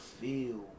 feel